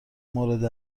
مورد